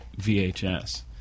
VHS